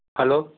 hello